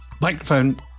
Microphone